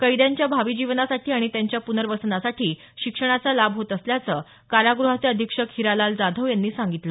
कैद्यांच्या भावी जीवनासाठी आणि त्यांच्या पुनर्वसनासाठी शिक्षणाचा लाभ होत असल्याचं कारागृहाचे अधीक्षक हिरालाल जाधव यांनी सांगितलं